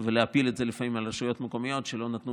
ולהפיל את זה לפעמים על רשויות מקומיות שלא נתנו